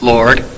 Lord